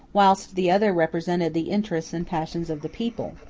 whilst the other represented the interests and passions of the people.